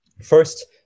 first